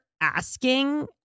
asking